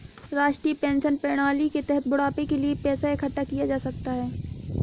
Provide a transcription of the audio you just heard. राष्ट्रीय पेंशन प्रणाली के तहत बुढ़ापे के लिए पैसा इकठ्ठा किया जा सकता है